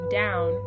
down